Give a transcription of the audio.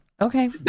Okay